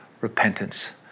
repentance